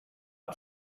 are